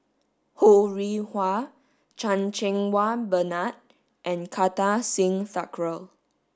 Ho Rih Hwa Chan Cheng Wah Bernard and Kartar Singh Thakral